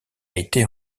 été